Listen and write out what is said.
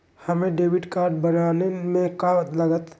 हमें debit card बनाने में का लागत?